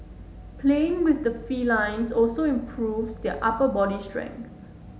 playing with the felines also improves their upper body strength